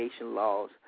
laws